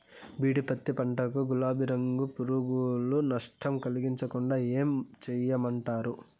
BT పత్తి పంట కు, గులాబీ రంగు పులుగులు నష్టం కలిగించకుండా ఏం చేయమంటారు?